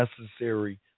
necessary